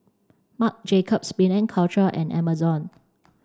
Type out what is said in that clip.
Marc Jacobs Penang Culture and Amazon